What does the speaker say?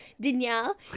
Danielle